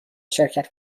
شرکت